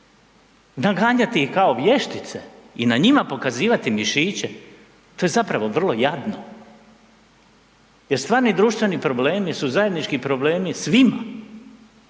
naganjati ih kao vještice i na njima pokazivati mišiće, to je zapravo vrlo jadno jer stvarni društveni problemi su zajednički problemi svima,